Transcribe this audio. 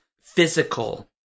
physical